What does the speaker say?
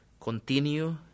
continue